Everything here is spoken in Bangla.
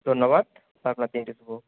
ধন্যবাদ আপনার দিনটি শুভ হোক